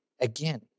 again